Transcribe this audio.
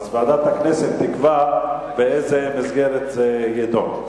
ועדת הכנסת תקבע באיזו מסגרת זה יידון.